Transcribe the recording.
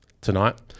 tonight